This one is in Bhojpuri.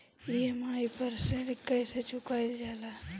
ई.एम.आई पर ऋण कईसे चुकाईल जाला?